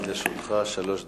בבקשה, עומדות לרשותך שלוש דקות.